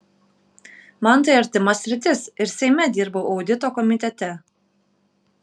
man tai artima sritis ir seime dirbau audito komitete